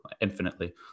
infinitely